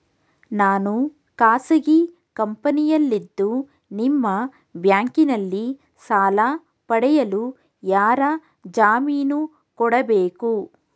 ನಾನು ಖಾಸಗಿ ಕಂಪನಿಯಲ್ಲಿದ್ದು ನಿಮ್ಮ ಬ್ಯಾಂಕಿನಲ್ಲಿ ಸಾಲ ಪಡೆಯಲು ಯಾರ ಜಾಮೀನು ಕೊಡಬೇಕು?